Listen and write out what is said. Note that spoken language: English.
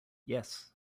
yes